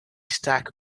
stack